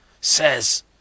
Says